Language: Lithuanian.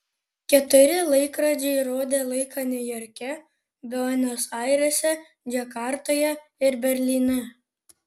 keturi laikrodžiai rodė laiką niujorke buenos airėse džakartoje ir berlyne